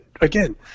Again